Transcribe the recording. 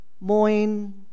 moin